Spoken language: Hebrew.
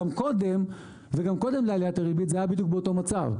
גם קודם לעליית הריבית זה היה בדיוק באותו מצב,